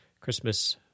christmas